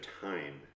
time